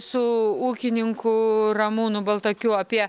su ūkininku ramūnu baltakiu apie